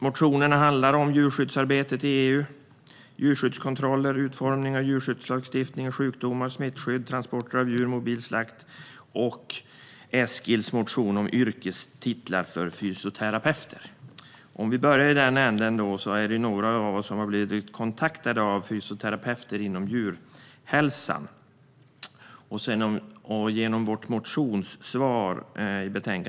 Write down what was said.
Motionerna handlar om djurskyddsarbetet inom EU djurskyddskontroller utformning av djurskyddslagstiftningen sjukdomar och smittskydd transporter av djur mobil slakt yrkestitlar för fysioterapeuter. Om vi börjar i den änden har några av oss blivit kontaktade av fysioterapeuter inom djurhälsan.